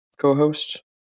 co-host